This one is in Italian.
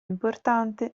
importante